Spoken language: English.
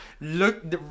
Look